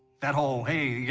that whole, hey,